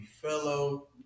Fellow